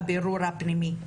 הבירור הפנימי,